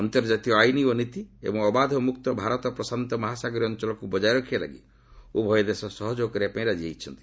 ଅନ୍ତର୍କାତୀୟ ଆଇନ ଓ ନୀତି ଏବଂ ଅବାଧ ଓ ମୁକ୍ତ ଭାରତ ପ୍ରଶାନ୍ତ ମହାସାଗରୀୟ ଅଞ୍ଚଳକୁ ବଜାୟ ରଖିବା ଲାଗି ଉଭୟ ଦେଶ ସହଯୋଗ କରିବାପାଇଁ ରାଜି ହୋଇଛନ୍ତି